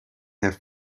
have